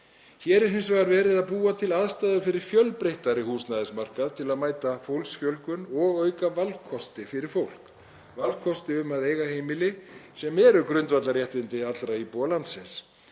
Hér er hins vegar verið að búa til aðstæður fyrir fjölbreyttari húsnæðismarkað til að mæta fólksfjölgun og auka valkosti fyrir fólk, valkosti um að eiga heimili sem eru grundvallarréttindi íbúa landsins.